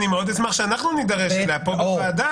מאוד אשמח שאנחנו נידרש אליה פה בוועדה,